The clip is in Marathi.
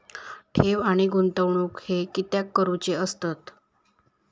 ठेव आणि गुंतवणूक हे कित्याक करुचे असतत?